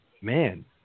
man